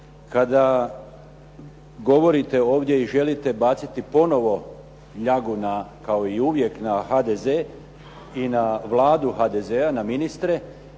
Kada govorite ovdje i želite baciti ponovo ljagu kao i uvije na HDZ i na vladu HDZ-a na ministre,